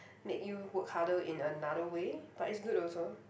make you work harder in another way but it's good also